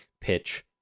pitch